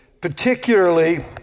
particularly